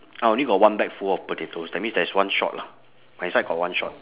I only got one bag full of potatoes that means there is one short lah my side got one short